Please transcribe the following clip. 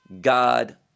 God